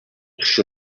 quatre